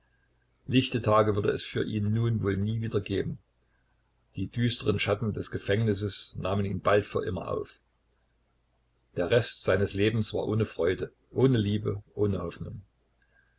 lichte tage würde es für ihn nun wohl nie wieder geben die düsteren schatten des gefängnisses nahmen ihn bald für immer auf der rest seines lebens war ohne freude ohne liebe ohne hoffnung